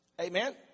Amen